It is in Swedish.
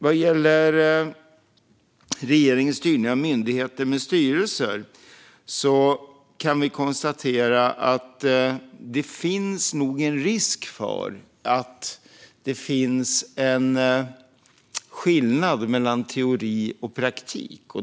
Vad gäller regeringens styrning av myndigheter med styrelser kan vi konstatera att det nog finns en risk för att det blir en skillnad mellan teori och praktik.